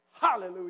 Hallelujah